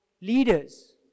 leaders